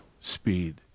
speed